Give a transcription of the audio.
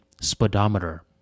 speedometer